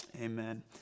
Amen